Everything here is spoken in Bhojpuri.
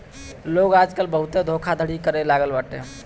लोग आजकल बहुते धोखाधड़ी करे लागल बाटे